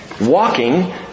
walking